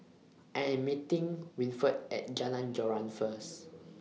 I Am meeting Winford At Jalan Joran First